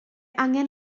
angen